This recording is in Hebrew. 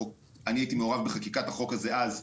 אני הייתי מעורב בחקיקת החוק הזה אז.